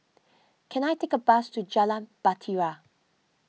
can I take a bus to Jalan Bahtera